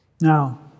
Now